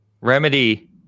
Remedy